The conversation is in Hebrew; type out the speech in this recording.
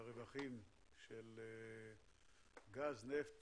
על הקרן לניהול הכנסות המדינה מהרווחים של גז נפט